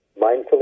mindfully